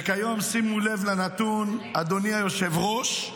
וכיום, שימו לב לנתון, אדוני היושב-ראש,